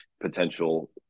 potential